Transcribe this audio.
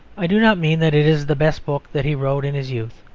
i do not mean that it is the best book that he wrote in his youth.